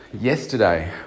Yesterday